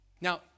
Now